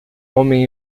homem